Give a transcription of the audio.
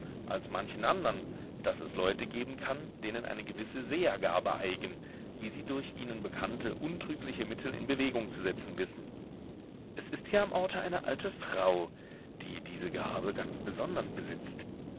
als manchen andern daß es leute geben kann denen eine gewisse sehergabe eigen die sie durch ihnen bekannte untrügliche mittel in bewegung zu setzen wissen es ist hier am orte eine alte frau die diese gabe ganz besonders besitzt